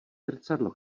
zrcadlo